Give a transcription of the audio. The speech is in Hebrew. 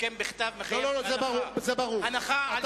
הסכם בכתב מחייב הנחה על שולחן הכנסת.